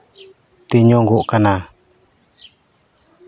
ᱛᱮᱧᱚᱜᱚᱜ ᱠᱟᱱᱟ